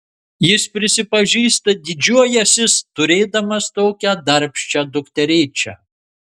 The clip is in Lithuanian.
jis prisipažįsta didžiuojąsis turėdamas tokią darbščią dukterėčią